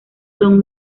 son